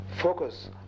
focus